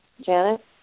Janet